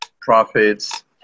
profits